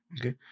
Okay